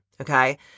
Okay